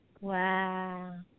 Wow